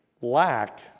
lack